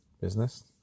business